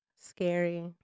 scary